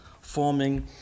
forming